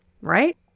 right